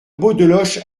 beaudeloche